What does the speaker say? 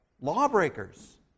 Lawbreakers